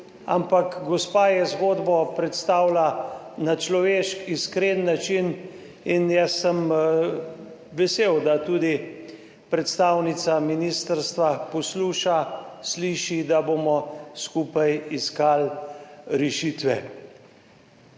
Ampak gospa je zgodbo predstavila na človeški, iskren način in sem vesel, da tudi predstavnica ministrstva posluša, sliši, da bomo skupaj iskali rešitve.